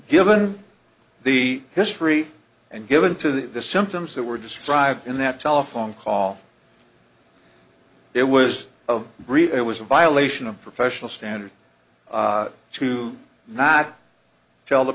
given the history and given to the symptoms that were described in that telephone call it was of it was a violation of professional standards to not tell the